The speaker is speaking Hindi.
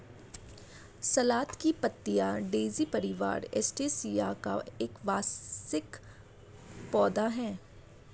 सलाद की पत्तियाँ डेज़ी परिवार, एस्टेरेसिया का एक वार्षिक पौधा है